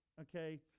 Okay